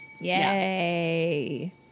Yay